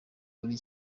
muri